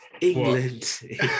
England